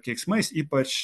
keiksmais ypač